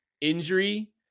injury